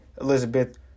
Elizabeth